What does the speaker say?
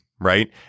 right